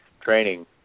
training